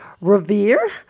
Revere